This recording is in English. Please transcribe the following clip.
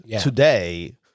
Today